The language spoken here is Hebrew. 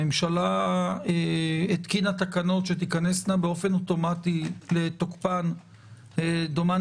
הממשלה התקינה תקנות שתיכנסנה באופן אוטומטי לתוקפן דומני